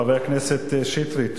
חבר הכנסת שטרית,